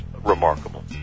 remarkable